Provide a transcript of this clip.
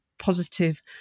positive